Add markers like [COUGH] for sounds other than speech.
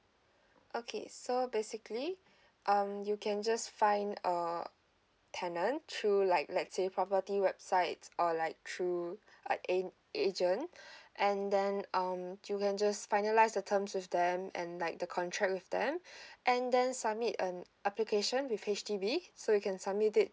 okay so basically [BREATH] um you can just find uh tenant through like let's say property website or like through [BREATH] an agent [BREATH] and then um you can just finalise the terms with them and like the contract with them [BREATH] and then submit an application with H_D_B so you can submit it